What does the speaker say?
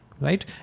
Right